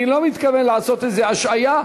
אני לא מתכוון לעשות איזו השהיה,